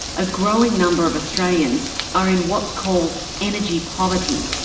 a growing number of australians are in what's called energy poverty,